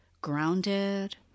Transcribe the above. grounded